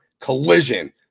Collision